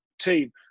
team